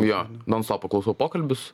jo nonsopu klausau pokalbius